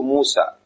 Musa